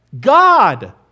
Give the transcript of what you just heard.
God